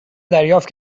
دریافت